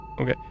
Okay